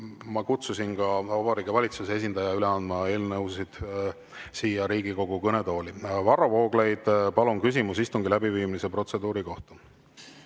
ma kutsusin Vabariigi Valitsuse esindaja üle andma eelnõusid siia Riigikogu kõnetooli. Varro Vooglaid, palun, küsimus istungi läbiviimise protseduuri kohta!